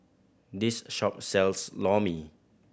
this shop sells Lor Mee